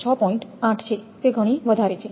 8 છે તે ઘણી વધારે છે